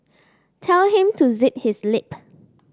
tell him to zip his lip